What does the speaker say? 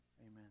amen